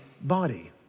body